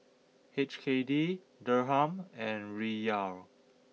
H K D Dirham and Riyal